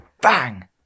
bang